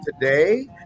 today